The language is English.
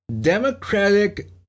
Democratic